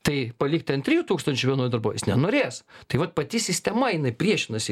tai palikti ant trijų tūkstančių vienoj darbo jis nenorės tai vat pati sistema jinai priešinasi